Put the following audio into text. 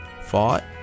fought